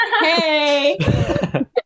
Hey